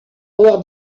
avoir